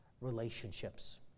relationships